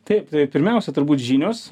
taip tai pirmiausia turbūt žinios